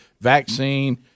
Vaccine